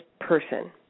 Person